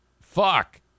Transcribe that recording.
Fuck